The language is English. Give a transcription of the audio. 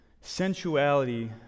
sensuality